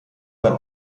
beim